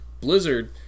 Blizzard